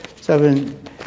seven